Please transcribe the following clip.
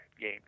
game